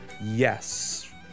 yes